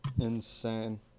Insane